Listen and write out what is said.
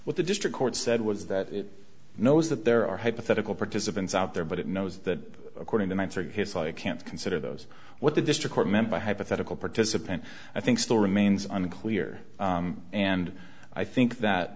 what the district court said was that it knows that there are hypothetical participants out there but it knows that according to one through his i can't consider those what the district court meant by hypothetical participant i think still remains unclear and i think that